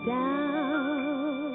down